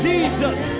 Jesus